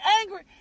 angry